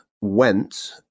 went